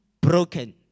broken